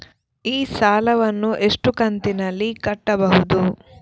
ಈ ಸಾಲವನ್ನು ಎಷ್ಟು ಕಂತಿನಲ್ಲಿ ಕಟ್ಟಬಹುದು?